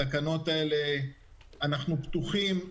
אנחנו פתוחים,